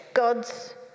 God's